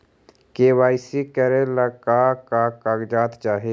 KYC करे ला का का कागजात चाही?